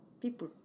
People